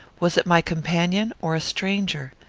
was it my companion, or a stranger?